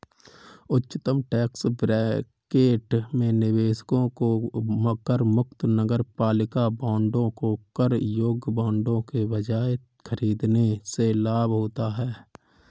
उच्चतम tax bracket में निवेशकों को करमुक्त नगरपालिका बांडों को कर योग्य बांडों के बजाय खरीदने से लाभ होता है